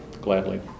gladly